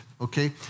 okay